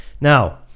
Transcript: Now